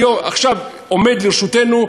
עכשיו עומדים לרשותנו,